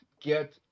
get